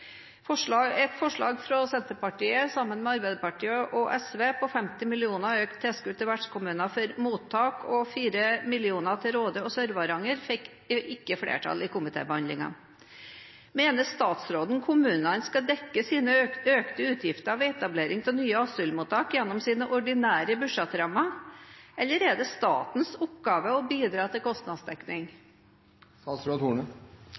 Et forslag fra Senterpartiet, sammen med Arbeiderpartiet og SV, om økt tilskudd på 50 mill. kr til vertskommuner for mottak og 4 mill. kr til Råde og Sør-Varanger fikk ikke flertall i komitébehandlingen. Mener statsråden at kommunene skal dekke sine økte utgifter ved etablering av nye asylmottak gjennom sine ordinære budsjettrammer, eller er det statens oppgave å bidra til kostnadsdekning?